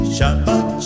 Shabbat